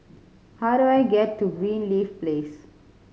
how do I get to Greenleaf Place